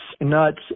nuts